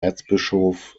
erzbischof